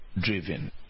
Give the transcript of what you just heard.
driven